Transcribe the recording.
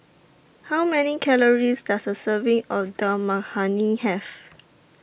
How Many Calories Does A Serving of Dal Makhani Have